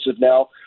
now